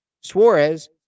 Suarez